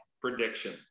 prediction